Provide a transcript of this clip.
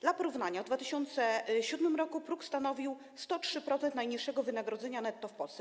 Dla porównania w 2007 r. próg stanowił 103% najniższego wynagrodzenia netto w Polsce.